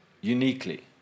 Uniquely